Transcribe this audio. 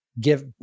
Give